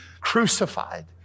crucified